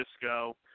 Cisco